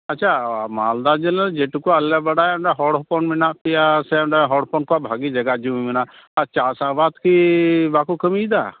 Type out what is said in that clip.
ᱟᱪᱪᱷᱟ ᱢᱟᱞᱫᱟ ᱡᱮᱞᱟ ᱡᱮᱴᱩᱠᱩ ᱟᱞᱮᱞᱮ ᱵᱟᱲᱟᱭᱟ ᱚᱸᱰᱮ ᱦᱚᱲ ᱦᱚᱯᱚᱱ ᱢᱮᱱᱟᱜ ᱯᱮᱭᱟ ᱥᱮ ᱚᱸᱰᱮ ᱦᱚᱲ ᱦᱚᱯᱚᱱ ᱠᱚᱣᱟᱜ ᱵᱷᱟᱹᱜᱤ ᱡᱟᱭᱜᱟ ᱡᱩᱢᱤ ᱢᱮᱱᱟᱜᱼᱟ ᱪᱟᱥ ᱟᱵᱟᱫᱽ ᱠᱤ ᱵᱟᱠᱚ ᱠᱟᱹᱢᱤᱭᱮᱫᱟ